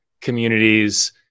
communities